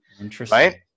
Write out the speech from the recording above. Interesting